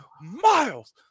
Miles